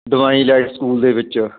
divine light school ਦੇ ਵਿੱਚ